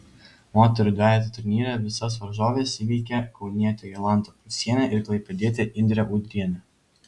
moterų dvejetų turnyre visas varžoves įveikė kaunietė jolanta prūsienė ir klaipėdietė indrė udrienė